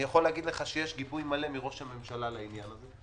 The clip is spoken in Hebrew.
אני יכול להגיד לך שיש גיבוי מלא מראש הממשלה לעניין הזה.